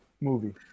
movie